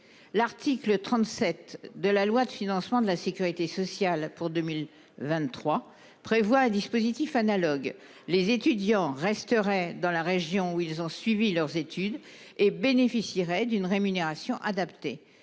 L'article 37 de la loi de financement de la sécurité sociale pour 2023 prévoit un dispositif analogue. Les étudiants resteraient dans la région où ils ont suivi leurs études et bénéficieraient d'une rémunération adaptée.